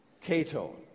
Cato